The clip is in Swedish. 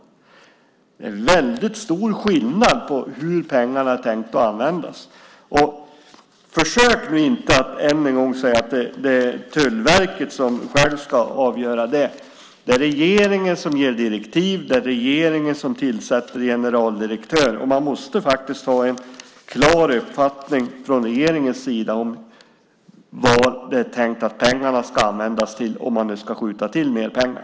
Det är stor skillnad på hur pengarna är tänkta att användas. Försök nu inte att än en gång säga att det är Tullverket som självt ska avgöra det. Det är regeringen som ger direktiv. Det är regeringen som tillsätter generaldirektör. Man måste ha en klar uppfattning från regeringens sida om vad det är tänkt att pengarna ska användas till - om man nu ska skjuta till mer pengar.